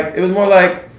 it was more like,